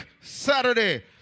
Saturday